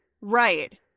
Right